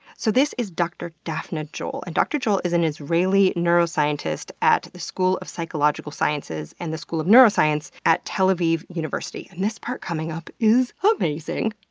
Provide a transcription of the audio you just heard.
so, this is dr. daphna joel, and dr. joel is an israeli neuroscientist at the school of psychological sciences and the school of neuroscience at tel aviv university. and this part coming up is amazing.